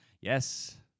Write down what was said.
Yes